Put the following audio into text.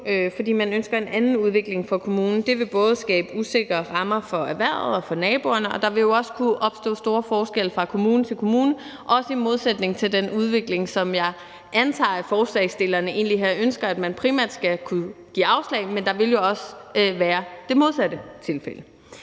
fordi man ønsker en anden udvikling for kommunen, vil både skabe usikre rammer for erhvervet og for naboerne, og der vil jo også kunne opstå store forskelle fra kommune til kommune, også i modsætning til den udvikling, som jeg antager forslagsstillerne egentlig her ønsker man primært skal kunne give afslag i forhold til, men der vil jo også være det modsatte tilfælde.